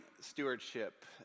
stewardship